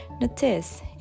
notice